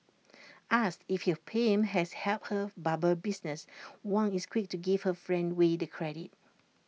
asked if her fame has helped her barber business Wang is quick to give her friend way the credit